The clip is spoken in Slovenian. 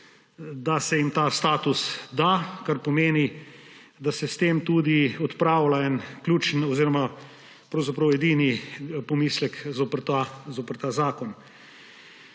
da se jim ta status da, kar pomeni, da se s tem tudi odpravlja pravzaprav edini pomislek zoper ta zakon.